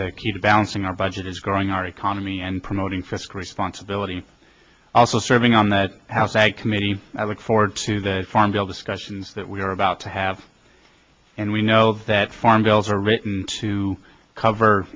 the key to balancing our budget is growing our economy and promoting fiscal responsibility also serving on that house ag committee i look forward to the farm bill discussions that we're about to have and we know that farm bills are written to cover